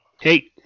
Hey